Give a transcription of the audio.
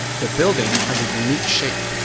the building has a unique shape.